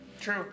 True